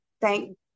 thank